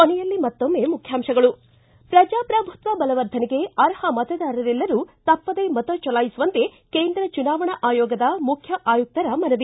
ಕೊನೆಯಲ್ಲಿ ಮತ್ತೊಮ್ನೆ ಮುಖ್ಯಾಂಶಗಳು ಿ ಪ್ರಜಾಪ್ರಭುತ್ವ ಬಲವರ್ಧನೆಗೆ ಅರ್ಹ ಮತದಾರರೆಲ್ಲರೂ ತಪ್ಪದೇ ಮತ ಚಲಾಯಿಸುವಂತೆ ಕೇಂದ್ರ ಚುನಾವಣಾ ಆಯೋಗದ ಮುಖ್ಯ ಆಯುಕ್ತರ ಮನವಿ